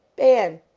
ban,